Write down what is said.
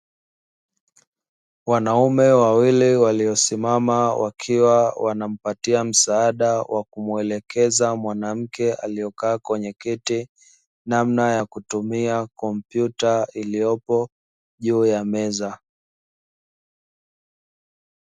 Wanaume wawili waliosimama wakiwa wanampatia msaada wa kumuelekeza, mwanamke aliyekaa kwenye kiti namna ya kutumia komputa, iliyopo juu ya meza.